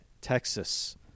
Texas